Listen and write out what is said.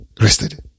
rested